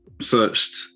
searched